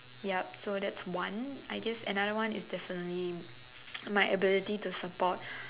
yup so that's one I guess another one is definitely my ability to support